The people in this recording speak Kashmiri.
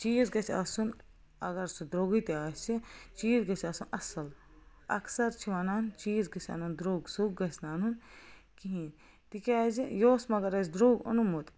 چیٖز گَژھہِ آسُن اگر سُہ درٛۄے تہِ آسہِ چیٖز گَژھہِ آسُن اَصٕل اکثر چھِ وَنان چیٖز گَژھہِ اَنُن درٛۄگ سرٛۄگ گَژھہِ نہٕ اَنُن کِہیٖنۍ تِکیٛازِ یہِ اوس مگر اَسہِ درٛۄگ اوٚنمُت